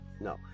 no